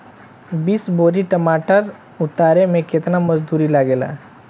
बीस बोरी टमाटर उतारे मे केतना मजदुरी लगेगा?